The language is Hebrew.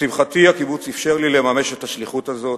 לשמחתי, הקיבוץ אפשר לי לממש את השליחות הזאת,